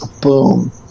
Boom